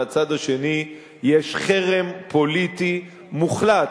מהצד השני יש חרם פוליטי מוחלט,